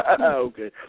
Okay